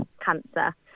cancer